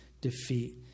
defeat